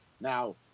Now